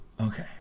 Okay